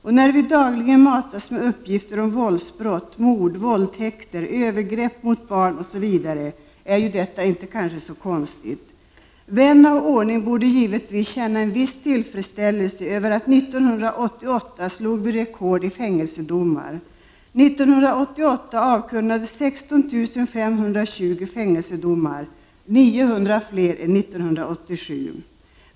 Eftersom vi dagligen matas med uppgifter om våldsbrott, mord, våldtäkter, övergrepp mot barn osv. är detta kanske inte så konstigt. En vän av ordning borde givetvis känna en viss tillfredsställelse över att man 1988 slog rekord i fängelsedomar. 1988 avkunnades 16 520 fängelsedomar — 900 fler än 1987.